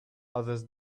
others